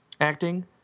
acting